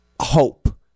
hope